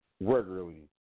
regularly